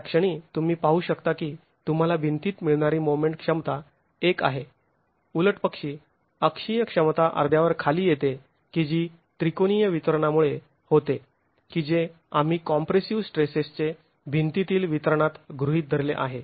त्या क्षणी तुम्ही पाहू शकता की तुम्हाला भिंतीत मिळणारी मोमेंट क्षमता १ आहे उलटपक्षी अक्षीय क्षमता अर्ध्यावर खाली येते की जी त्रिकोणी वितरणामुळे होते की जे आम्ही कॉम्प्रेसिव स्ट्रेसेचे भिंतीतील वितरणात गृहीत धरले आहे